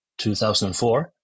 2004